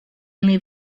only